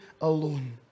alone